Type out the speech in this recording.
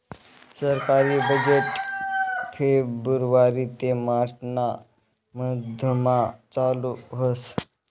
सरकारी बजेट फेब्रुवारी ते मार्च ना मधमा लागू व्हस